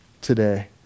today